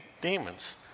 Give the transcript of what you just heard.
demons